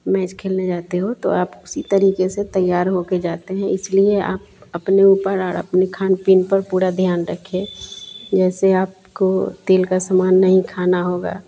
match खेलने जाते हो तो आप उसी तरीक़े से तैयार होकर जाते हैं इसलिए आप अपने ऊपर और अपने खान पीन पर पूरा ध्यान रखें जैसे आपको तेल का सामान नहीं खाना होगा